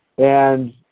and